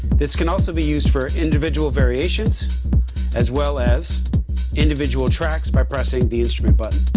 this can also be used for individual variations as well as individual tracks by pressing the instrument button.